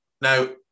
Now